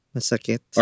Masakit